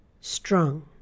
strong